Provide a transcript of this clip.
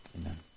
amen